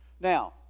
Now